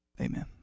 Amen